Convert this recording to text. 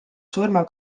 surma